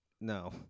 No